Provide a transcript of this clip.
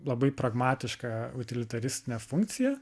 labai pragmatišką utilitaristinę funkciją